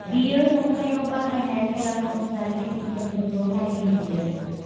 बियो नंखाइयाव बाहायनाय सरासनस्रा खेमिकेलफोरखो नायबिजिरो